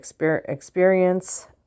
experience